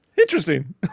interesting